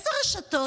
באילו רשתות?